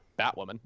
Batwoman